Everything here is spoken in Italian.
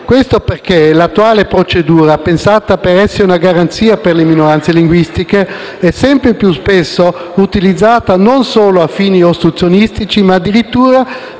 Questo perché l'attuale procedura, pensata per essere una garanzia per le minoranze linguistiche, è sempre più spesso utilizzata non solo a fini ostruzionistici, ma addirittura